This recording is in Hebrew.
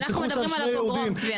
אנחנו מדברים על הפוגרום צבי,